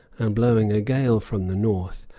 and blowing a gale from the north,